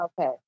Okay